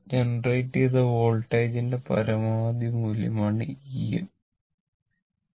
ജനറേറ്റുചെയ്ത വോൾട്ടേജിന്റെ പരമാവധി മൂല്യമാണ് Em